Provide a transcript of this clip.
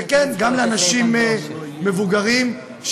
וכן לאנשים מבוגרים,